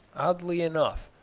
oddly enough,